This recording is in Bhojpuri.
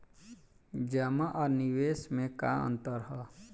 जमा आ निवेश में का अंतर ह?